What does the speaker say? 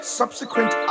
subsequent